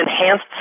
enhanced